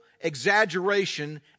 exaggeration